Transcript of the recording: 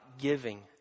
giving